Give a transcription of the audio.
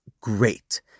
great